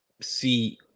see